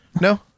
No